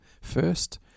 first